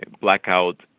blackout